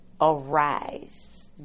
Arise